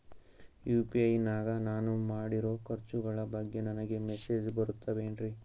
UPI ನಾಗ ನಾನು ಮಾಡಿರೋ ಖರ್ಚುಗಳ ಬಗ್ಗೆ ನನಗೆ ಮೆಸೇಜ್ ಬರುತ್ತಾವೇನ್ರಿ?